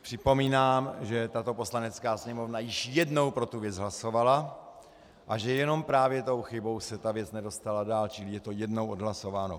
Připomínám, že tato Poslanecká sněmovna již jednou pro tu věc hlasovala a že jenom právě tou chybou se ta věc nedostala dál, čili je to jednou odhlasováno.